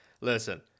listen